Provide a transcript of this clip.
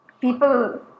people